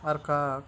আর কাক